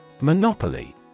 Monopoly